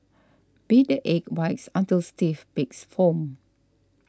beat the egg whites until stiff peaks form